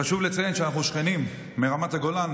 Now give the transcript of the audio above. חשוב לציין שאנחנו שכנים מרמת הגולן,